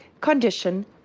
condition